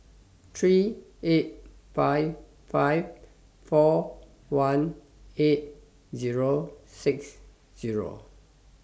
three eight five five four one eight Zero six Zero